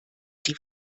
die